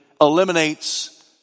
eliminates